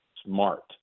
smart